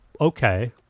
okay